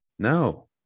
No